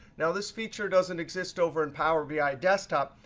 now, this feature doesn't exist over in power bi desktop.